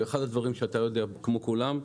אחד הדברים שאתה יודע, כמו כולם,